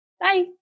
Bye